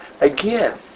again